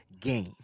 game